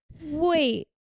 Wait